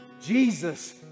Jesus